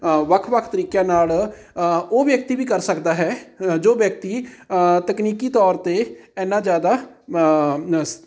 ਵੱਖ ਵੱਖ ਤਰੀਕਿਆਂ ਨਾਲ ਉਹ ਵਿਅਕਤੀ ਵੀ ਕਰ ਸਕਦਾ ਹੈ ਜੋ ਵਿਅਕਤੀ ਤਕਨੀਕੀ ਤੌਰ 'ਤੇ ਐਨਾ ਜ਼ਿਆਦਾ ਸ